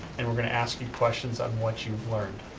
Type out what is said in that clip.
and we're gonna ask you questions on what you've learned.